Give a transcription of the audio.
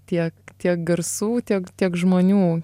tiek tiek garsų tiek tiek žmonių